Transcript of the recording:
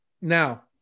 now